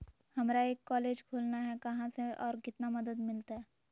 हमरा एक कॉलेज खोलना है, कहा से और कितना मदद मिलतैय?